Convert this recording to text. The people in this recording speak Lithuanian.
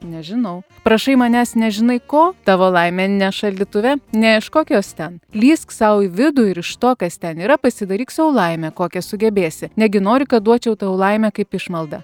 nežinau prašai manęs nežinai ko tavo laimė ne šaldytuve neieškok jos ten lįsk sau į vidų ir iš to kas ten yra pasidaryk sau laimę kokią sugebėsi negi nori kad duočiau tau laimę kaip išmaldą